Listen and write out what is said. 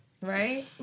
Right